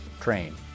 train